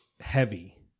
heavy